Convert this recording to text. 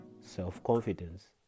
self-confidence